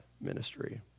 ministry